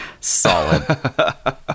Solid